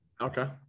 Okay